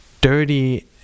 dirty